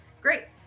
Great